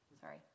Sorry